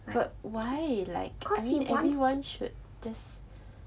but why like I mean everyone should just